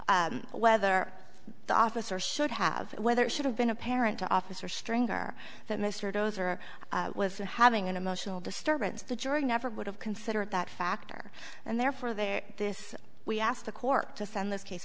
is whether the officer should have whether it should have been apparent to officer stringer that mr towser was having an emotional disturbance the jury never would have considered that factor and therefore there this we asked the court to send this case